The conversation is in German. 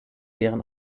deren